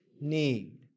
Need